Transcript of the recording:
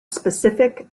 specific